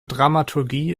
dramaturgie